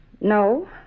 No